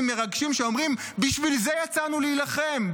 מרגשים שאומרים: בשביל זה יצאנו להילחם,